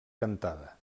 cantada